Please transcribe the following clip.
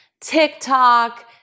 TikTok